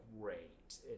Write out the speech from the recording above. great